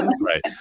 Right